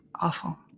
Awful